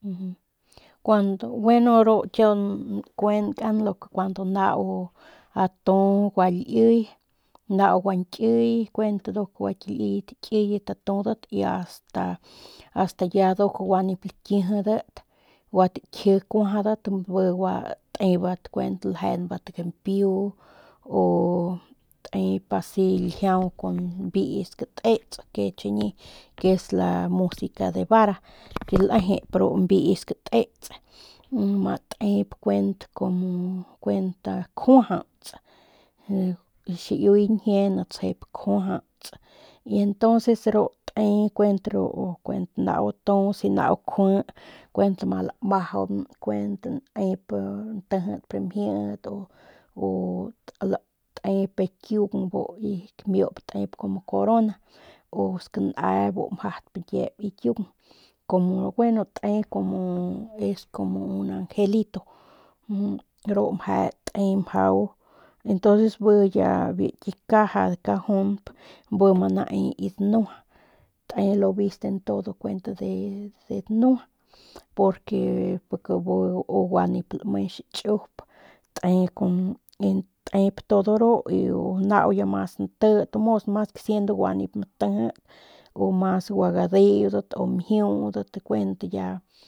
Cuando gueno ru kiau nkuenkan cuando nau atu gualiy nau guañkiy nduk gua ki liyet kiyet nduk atudat asta asta nduk gua nip lakijidat gua takji kuajadat bi gua tebat kuent gua ljenbat gampiu o kun ljiau skatis que chiñi que es la de vara que lejep ru mbe skutis ma tep kumu kuent kuent kjuauts xiiuy ñjie ni tsjep kjuajauts y entonces ru te kuent ru kuent nau atu nau jui nau ama lamajaun kuent nep ntijip ramjiit o tep akiung y bu ki kamiup tep komo corona o skane bu mjadp ki kiung como gueno te como es como un angelito ru mje te mjau entonces bi ya biu ki caja cajun bi ma nae ki danua te lo visten todo kuent de danua porque u gua nip lame xichup te tep todo ru nau ya mas nti to mos siendo gua nip matijit u mas gua gadeudat u mjiudat kuent ya.